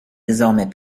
désormais